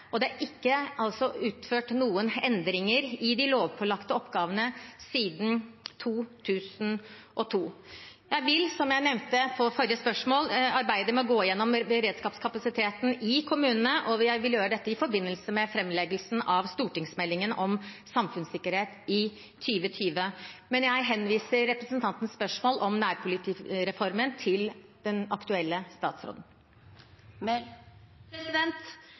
og det er ikke gjort noen endringer i de lovpålagte oppgavene siden 2002. Jeg vil, som jeg nevnte i svaret på forrige spørsmål, arbeide med å gå gjennom beredskapskapasiteten i kommunene, og jeg vil gjøre dette i forbindelse med framleggelsen av stortingsmeldingen om samfunnssikkerhet, i 2020. Men jeg henviser representantens spørsmål om nærpolitireformen til den aktuelle